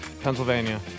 Pennsylvania